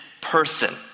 person